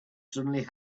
suddenly